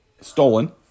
stolen